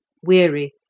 weary,